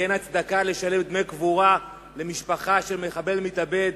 כי אין הצדקה לשלם דמי קבורה למשפחה של מחבל מתאבד,